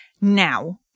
now